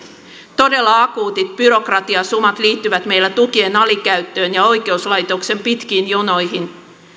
todella akuutit byrokratiasumat liittyvät meillä tukien alikäyttöön ja oikeuslaitoksen pitkiin jonoihin